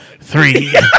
three